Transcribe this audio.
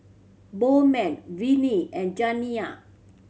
Bowman Vinie and Janiya